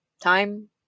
time